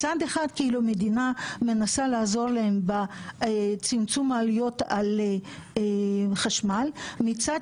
מצד אחד המדינה מנסה לעזור להם בצמצום עלויות החשמל ,מצד